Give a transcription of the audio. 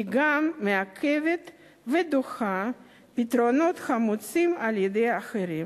היא גם מעכבת ודוחה פתרונות המוצעים על-ידי אחרים.